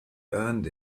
earned